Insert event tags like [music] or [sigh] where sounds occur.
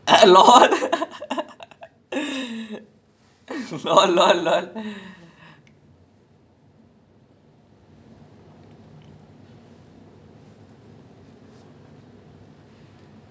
[laughs] no lah [laughs] like because I I I I understand vijay also because err like ஆரம்பத்துல நா:aarambathula naa vijay படோலா பாக்கு போது:padolaa paaku pothu !wah! I think நா:naa first uh first uh பாத்தேன்:paathaen vijay படோ வந்து:pado vanthu